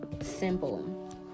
simple